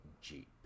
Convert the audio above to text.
jeep